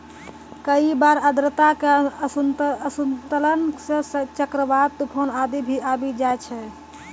कई बार आर्द्रता के असंतुलन सं चक्रवात, तुफान आदि भी आबी जाय छै